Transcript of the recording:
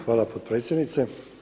Hvala potpredsjednice.